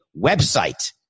website